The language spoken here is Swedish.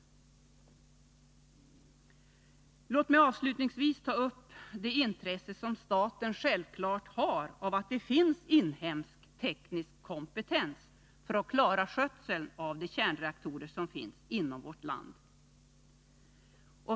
till ASEA AB Låt mig avslutningsvis ta upp det intresse som staten självfallet har av att det finns inhemsk teknisk kompetens för att klara skötseln av de kärnreaktorer som finns inom vårt land.